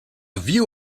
view